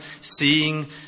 seeing